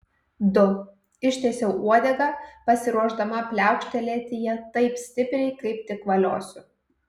du ištiesiau uodegą pasiruošdama pliaukštelėti ja taip stipriai kaip tik valiosiu